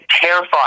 terrified